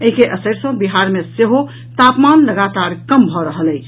एहि के असरि सॅ बिहार मे सेहो तापमान लगातार कम भऽ रहल अछि